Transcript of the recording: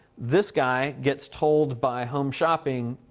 this guy gets told by home shopping,